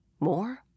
More